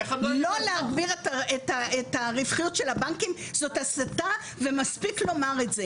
לא להגביל את הרווחיות של הבנקים זאת הסתה ומספיק לומר את זה.